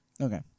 Okay